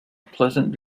pleasant